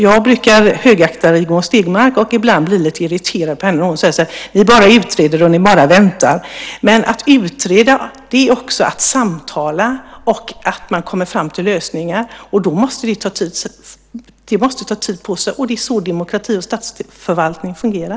Jag brukar högakta Rigmor Stenmark, men ibland blir jag lite irriterad på henne när hon säger att vi bara utreder och väntar. Men att utreda är också att samtala och att komma fram till lösningar. Då måste man få ta tid på sig. Det är så demokratin och statsförvaltningen fungerar.